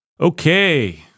Okay